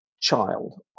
child